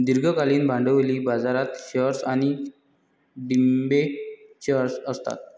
दीर्घकालीन भांडवली बाजारात शेअर्स आणि डिबेंचर्स असतात